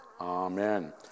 Amen